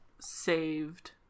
saved